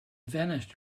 vanished